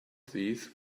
these